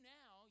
now